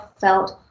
felt